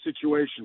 situation